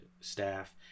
staff